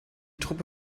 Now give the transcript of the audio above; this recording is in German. truppe